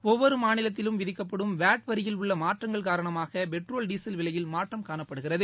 ஒவ்வொரு மாநிலத்திலும் விதிக்கப்படும் வாட் வரியில் உள்ள மாற்றங்கள் காரணமாக பெட்ரோல் டீசல் விலையில் மாற்றம் காணப்படுகிறது